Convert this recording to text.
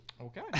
Okay